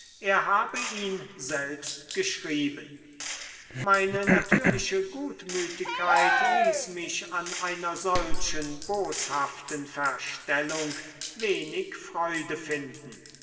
er habe ihn selbst geschrieben meine natürliche gutmütigkeit ließ mich an einer solchen boshaften verstellung wenig freude finden